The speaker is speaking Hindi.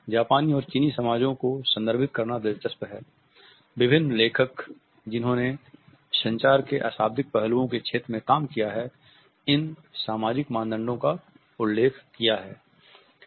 जापानी और चीनी समाजों को संदर्भित करना दिलचस्प है विभिन्न लेखक जिन्होंने ने संचार के अशाब्दिक पहलुओं के क्षेत्र में काम किया है इन सामाजिक मानदंडों का उल्लेख किया है